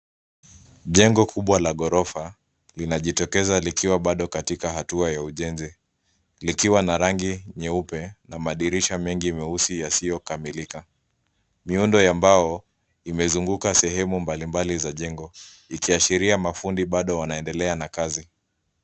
Jengo kubwa la gorofa linajitokeza likiwa bado katika hatua ya ujenzi, likiwa na rangi nyeupe na madirisha mengi meusi yasiokamilika. Miundo ya mbao imezunguka sehemu mbalimbali za jengo ikiashiria mafundi bado wanaendelea na kazi.